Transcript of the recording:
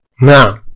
Now